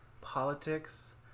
politics